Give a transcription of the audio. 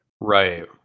Right